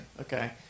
okay